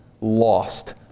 lost